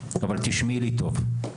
אבל תשמעי לי טוב,